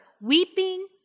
weeping